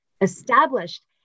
established